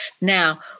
Now